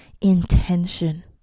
intention